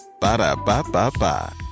Ba-da-ba-ba-ba